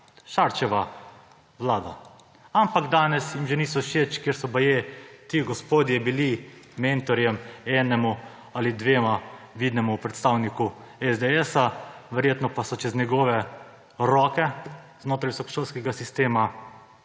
Šarčeva vlada. Ampak danes jim že niso všeč, ker so baje ti gospodje bili mentorji enemu ali dvema vidnima predstavnikoma SDS, verjetno pa so čez njegove roke znotraj šolskega sistema